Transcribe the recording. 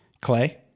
Clay